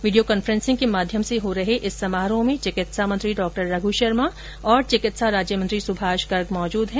video conferencing के माध्यम से हो रहे इस समारोह में चिकित्सा मंत्री डॉ रघू शर्मा और चिकित्सा राज्य मंत्री सुभाष गर्ग मौजूद हैं